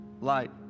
light